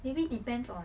maybe depends on